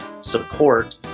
support